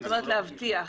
זאת אומרת, להבטיח.